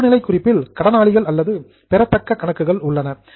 இருப்புநிலை குறிப்பில் கடனாளிகள் அல்லது பெறத்தக்க கணக்குகள் உள்ளன